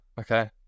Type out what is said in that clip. okay